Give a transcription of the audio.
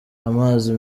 amazi